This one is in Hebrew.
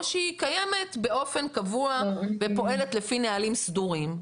שהיא קיימת באופן קבוע ופועלת לפי נהלים סדורים,